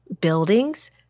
buildings